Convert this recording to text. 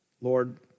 Lord